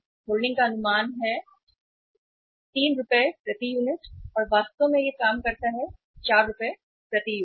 holding का अनुमान है कि रु 3 प्रति यूनिट और वास्तव में यह काम करता है रु 4 प्रति यूनिट